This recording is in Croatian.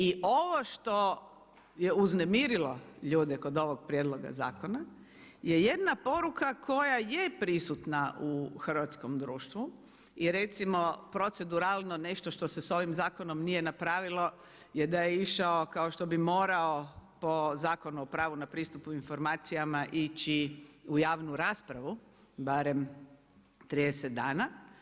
I ovo što je uznemirilo ljude kod ovog prijedloga zakona je jedna poruka koja je prisutna u hrvatskom društvu i recimo proceduralno nešto što se s ovim zakonom nije napravilo jer da je išao kao što bi morao po Zakonu o pravu na pristup informacijama ići u javnu raspravu, barem 30 dana.